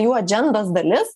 jų adžendos dalis